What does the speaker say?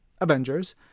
Avengers